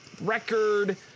record